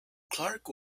clarke